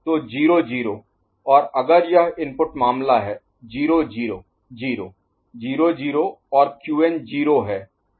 तो 0 0 और अगर यह इनपुट मामला है 0 0 0 0 0 और Qn 0 है